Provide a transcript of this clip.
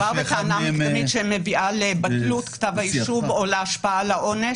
מדובר בטענה מקדמית שמביאה לבטלות כתב האישום או להשפעה על העונש.